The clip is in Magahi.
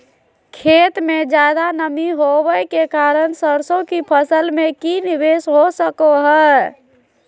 खेत में ज्यादा नमी होबे के कारण सरसों की फसल में की निवेस हो सको हय?